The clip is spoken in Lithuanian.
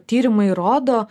tyrimai rodo